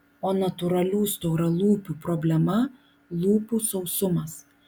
o natūralių storalūpių problema lūpų sausumas